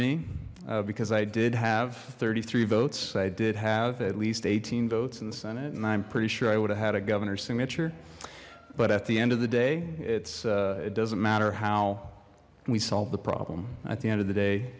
me because i did have thirty three votes i did have at least eighteen votes in the senate and i'm pretty sure i would have had a governor's signature but at the end of the day it's it doesn't matter how we solved the problem at the end of the day